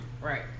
Right